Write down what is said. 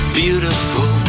beautiful